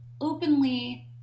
openly